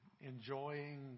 enjoying